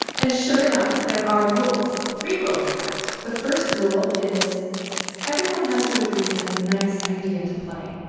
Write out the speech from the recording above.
and sure enough, there are rules three rules, in fact the first rule is everyone has to agree it's a nice idea to play.